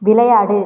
விளையாடு